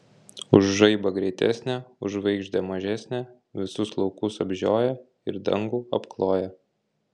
už žaibą greitesnė už žvaigždę mažesnė visus laukus apžioja ir dangų apkloja